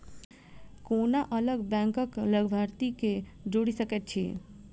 कोना अलग बैंकक लाभार्थी केँ जोड़ी सकैत छी?